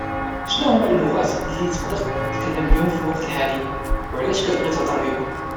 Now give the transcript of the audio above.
شنوهما اللغات اللي تقدر تتكلم بهم فالوقت الحالي وعلاش كاتبغي تهضر بيهم؟